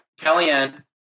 Kellyanne